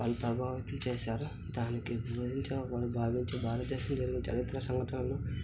వాళ్ళు ప్రభావితులు చేసారు దానికి బోధించే ఒక భారతదేశంలో జరిగే చరిత్ర సంఘటనలు